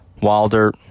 Wilder